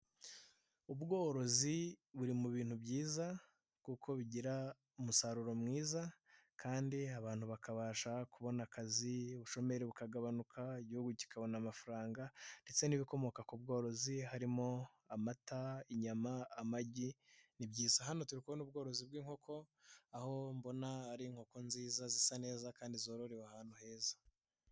Ubworozi buri mu bintu byiza kuko bigira umusaruro mwiza kandi abantu bakabasha kubona akazi ubushomeri bukagabanuka, Igihugu kikabona amafaranga ndetse n'ibikomoka ku bworozi harimo:, amata inyama, amagi ni byiza. Hano turi kubona ubworozi bw'inkoko, aho mbona ari inkoko nziza zisa neza kandi zororewe ahantu heza.